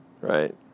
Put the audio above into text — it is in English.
right